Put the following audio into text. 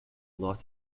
lost